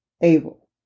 Abel